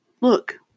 Look